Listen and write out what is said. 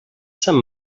sant